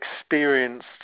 experienced